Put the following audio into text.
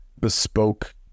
bespoke